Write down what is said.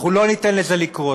אנחנו לא ניתן לזה לקרות.